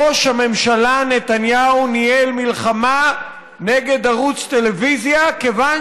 ראש הממשלה נתניהו ניהל מלחמה נגד ערוץ טלוויזיה כיוון